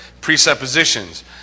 presuppositions